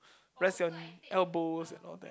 rest your elbows and all that